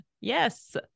Yes